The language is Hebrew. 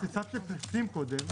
התשפ"א 2021 (מ/1429),